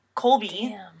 Colby